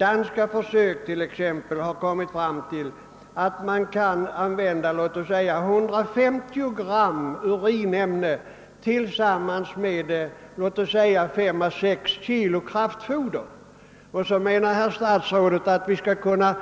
Danska försök har t.ex. visat att man kan använda cirka 150 gram urinämne tillsammans med 5 å 6 kilo kraftfoder. Herr statsrådet tycks anse att vi skall